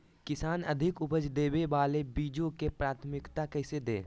किसान अधिक उपज देवे वाले बीजों के प्राथमिकता कैसे दे?